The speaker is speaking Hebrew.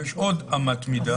יש עוד אמת מידה: